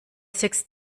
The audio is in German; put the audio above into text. sechs